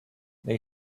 they